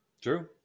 True